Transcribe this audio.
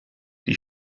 die